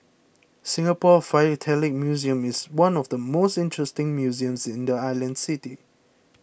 Singapore Philatelic Museum is one of the most interesting museums in the island city